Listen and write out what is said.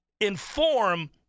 inform